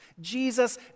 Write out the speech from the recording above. Jesus